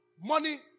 money